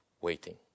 waiting